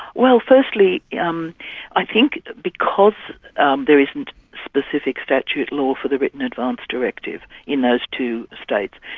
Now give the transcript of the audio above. well, firstly yeah um i think because um there isn't specific statute law for the written advance directive in those two states.